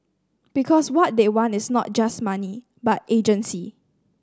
because what they want is not just money but agency